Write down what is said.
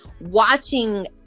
watching